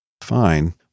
Fine